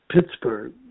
Pittsburgh